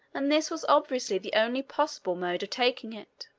and this was obviously the only possible mode of taking it.